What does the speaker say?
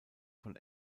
von